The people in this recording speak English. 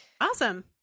Awesome